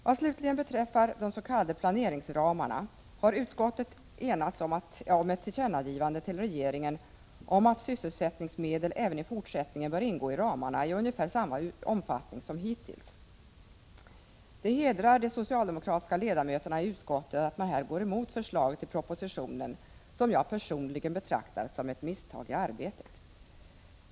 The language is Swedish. Vad slutligen beträffar de s.k. planeringsramarna har utskottet enats om ett tillkännagivande till regeringen om att sysselsättningsmedel även i fortsättningen bör ingå i ramarna i ungefär samma omfattning som hittills.